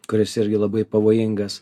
kuris irgi labai pavojingas